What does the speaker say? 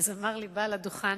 ואמר לי בעל הדוכן,